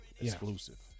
Exclusive